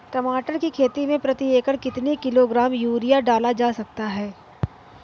टमाटर की खेती में प्रति एकड़ कितनी किलो ग्राम यूरिया डाला जा सकता है?